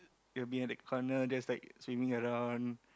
it'll be in an corner just like swimming around